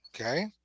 okay